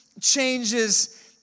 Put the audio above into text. Changes